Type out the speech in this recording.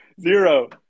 Zero